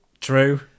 True